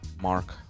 mark